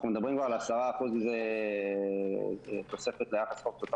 אנחנו מדברים על 10% תוספת ליחס חוב תוצר